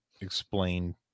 explain